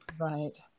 Right